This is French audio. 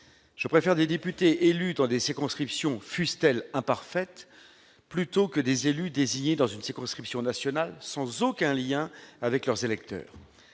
Je préfère des députés élus dans des circonscriptions, fussent-elles imparfaites, à des élus désignés dans une circonscription nationale, sans aucun lien avec leurs électeurs.